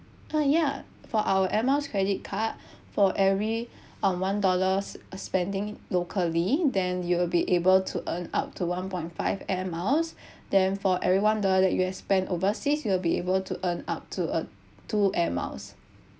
uh ya for our Air Miles credit card for every um one dollar s~ spending locally then you will be able to earn up to one point five Air Miles then for every one dollar you have spent overseas you will be able to earn up to a two Air Miles